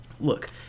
look